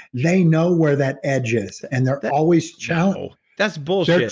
they know where that edge is and they're always challenged that's bullshit.